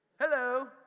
Hello